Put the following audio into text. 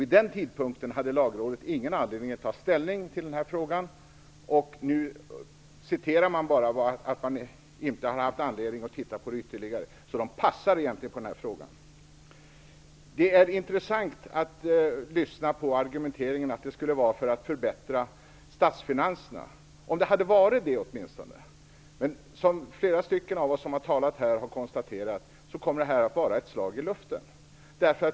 Vid den tidpunkten hade Lagrådet ingen anledning att ta ställning till den här frågan, och nu säger man bara att man inte har haft anledning att titta på det ytterligare. Lagrådet passar egentligen i den här frågan. Det är intressant att lyssna på argumenteringen att detta förslag genomförs för att förbättra statsfinanserna. Om det åtminstone hade varit så! Men som flera tidigare talare här har konstaterat kommer det att vara ett slag i luften.